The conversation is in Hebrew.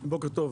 בוקר טוב.